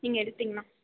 நீங்கள் எடுத்திங்கன்னால்